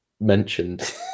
mentioned